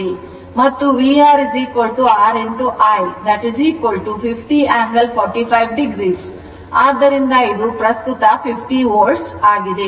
ಮತ್ತು VR R I 50 angle 45 o ಆದ್ದರಿಂದ ಇದು ಪ್ರಸ್ತುತ 50 volt ಆಗಿದೆ